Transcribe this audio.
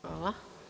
Hvala.